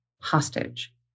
hostage